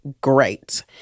great